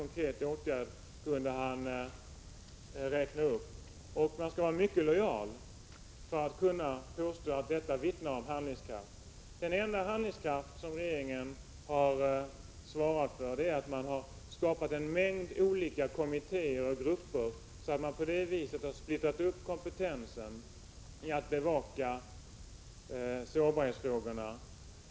Man skall vara mycket lojal för att kunna påstå att detta vittnar om handlingskraft. Den enda handlingskraft som regeringen har svarat för är att man har skapat en mängd olika kommittéer och grupper och på det viset splittrat upp kompetensen när det gäller att bevaka sårbarhetsfrågorna.